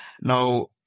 Now